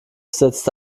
setzte